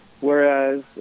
whereas